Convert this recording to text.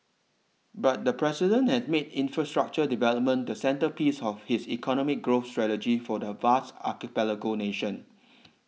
but the president has made infrastructure development the centrepiece of his economic growth strategy for the vast archipelago nation